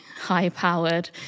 high-powered